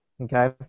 Okay